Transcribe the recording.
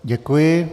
Děkuji.